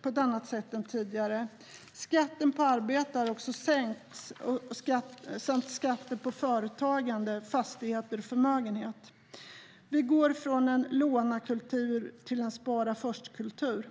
på ett annat sätt än tidigare. Skatten på arbete har sänkts och så även skatten på företagande, fastigheter och förmögenhet. Vi går från en låna-kultur till en spara-först-kultur.